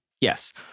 yes